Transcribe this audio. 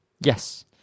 Yes